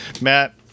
Matt